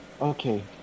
Okay